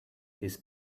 his